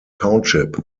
township